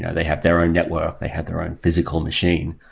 yeah they have their own network. they have their own physical machine.